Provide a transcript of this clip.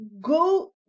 go